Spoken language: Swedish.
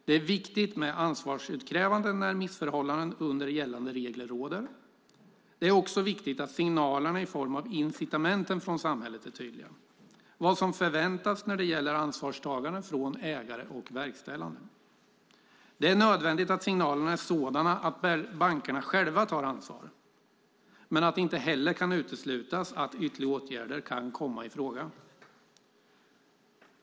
Det är viktigt med ansvarsutkrävande när missförhållanden under gällande regler råder. Det är också viktigt att signalerna i form av incitamenten från samhället är tydliga om vad som förväntas när det gäller ansvarstagande från ägare och verkställande. Det är nödvändigt att signalerna är sådana att bankerna själva tar ansvar, men att det inte heller kan uteslutas att ytterligare åtgärder kan komma i fråga.